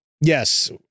Yes